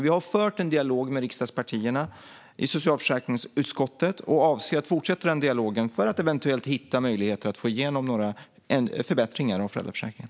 Vi har dock fört en dialog med riksdagspartierna i socialförsäkringsutskottet och avser att fortsätta den dialogen för att eventuellt hitta möjligheter att få igenom några förbättringar av föräldraförsäkringen.